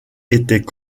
était